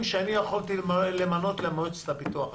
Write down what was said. שאני הייתי יכול למנות למועצת הביטוח הלאומי,